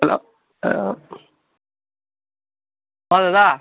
hello ଏ କ'ଣ ଦାଦା